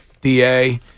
DA